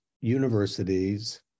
universities